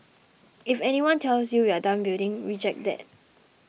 if anyone tells you we're done building reject that